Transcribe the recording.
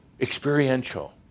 experiential